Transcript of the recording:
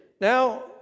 Now